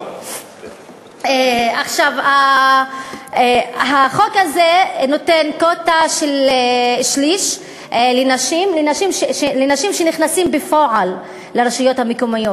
החוק הזה נותן קווטה של שליש לנשים שנכנסות בפועל לרשויות המקומיות.